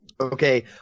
Okay